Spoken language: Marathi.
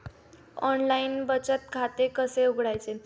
ऑनलाइन बचत खाते कसे उघडायचे?